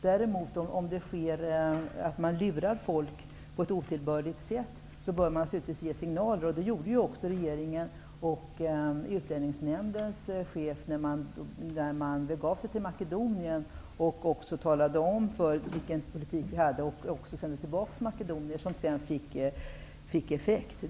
Däremot bör man naturligtvis ge signaler, om det förekommer att folk på ett otillbörligt sätt luras. Det gjorde också regeringen och Utlänningsnämndens chef när man begav sig till Makedonien och talade om vilken politik vi hade och också sände tillbaka makedonier. Detta fick sedan effekt.